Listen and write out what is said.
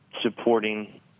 supporting